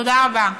תודה רבה.